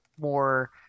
more